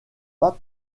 pas